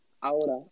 Ahora